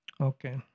Okay